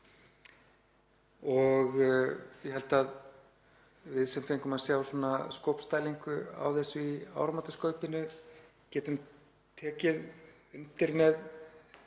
Ég held að við sem fengum að sjá skopstælingu á þessu í áramótaskaupinu getum tekið undir með